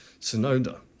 Sonoda